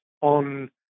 on